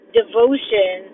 devotion